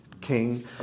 king